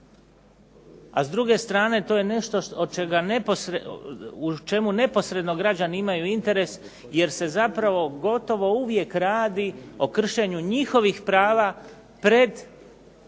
a s druge strane to je nešto u čemu neposredno građani imaju interes, jer se zapravo gotovo uvijek radi o kršenju njihovih prava pred